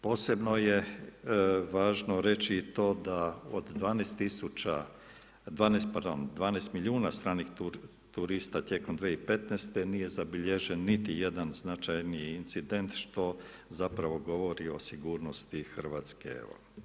Posebno je važno reći i to da od 12 milijuna stranih turista tijekom 2015. nije zabilježen niti jedan značajniji incident što govori o sigurnosti Hrvatske.